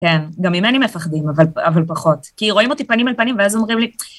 כן, גם ממני מפחדים, אבל פחות. כי רואים אותי פנים אל פנים ואז אומרים לי...